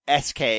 SK